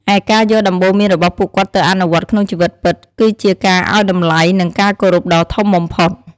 ឯការយកដំបូន្មានរបស់ពួកគាត់ទៅអនុវត្តក្នុងជីវិតពិត គឺជាការឲ្យតម្លៃ និងការគោរពដ៏ធំបំផុត។